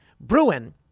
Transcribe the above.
Bruin